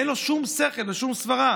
אין בו שום שכל, שום סברה.